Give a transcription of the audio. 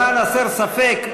למען הסר ספק,